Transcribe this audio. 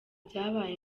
byabaye